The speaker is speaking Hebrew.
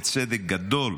בצדק גדול,